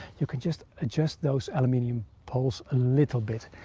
you can just adjust those aluminum poles a little bit,